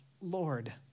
Lord